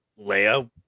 Leia